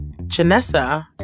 Janessa